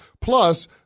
Plus